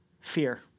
fear